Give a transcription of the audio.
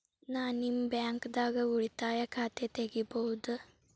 ನಾ ನಿಮ್ಮ ಬ್ಯಾಂಕ್ ದಾಗ ಉಳಿತಾಯ ಖಾತೆ ತೆಗಿಬಹುದ?